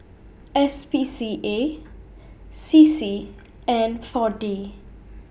S P C A C C and four D